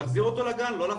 להחזיר אותו לגן,